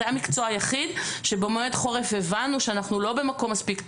זה היה המקצוע היחיד שבמועד חורף הבנו שאנחנו לא במקום מספיק טוב.